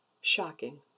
Shocking